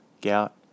gout